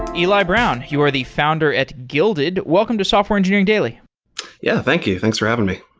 eli brown, you are the founder at guilded. welcome to software engineering daily yeah, thank you. thanks for having me.